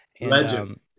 Legend